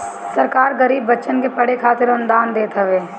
सरकार गरीब बच्चन के पढ़े खातिर अनुदान देत हवे